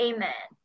Amen